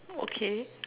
okay